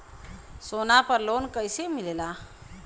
सोना पर loan कइसे मिलेला?